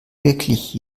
wirklich